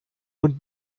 und